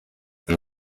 and